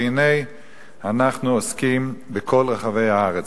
והנה אנחנו עוסקים בכל רחבי הארץ.